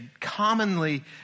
commonly